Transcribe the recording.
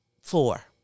Four